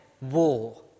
war